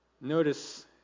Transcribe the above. Notice